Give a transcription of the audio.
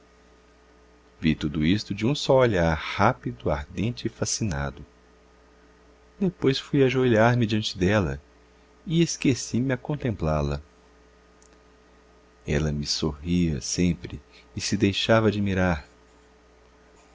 vi tudo isto de um só olhar rápido ardente e fascinado depois fui ajoelhar me diante dela e esqueci-me a contemplá-la ela me sorria sempre e se deixava admirar